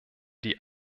die